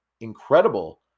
incredible